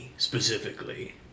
Specifically